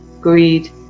greed